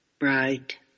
Right